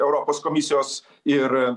europos komisijos ir